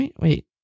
Wait